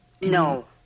No